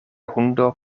hundo